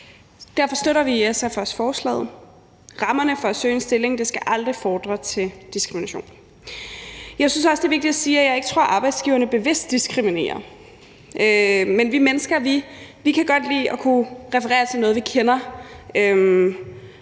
Derfor støtter vi i SF også forslaget. Rammerne for at søge en stilling skal aldrig fordre diskrimination. Jeg synes også, det er vigtigt at sige, at jeg ikke tror, at arbejdsgiverne bevidst diskriminerer, men vi mennesker kan godt lide at kunne referere til noget, vi kender,